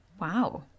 Wow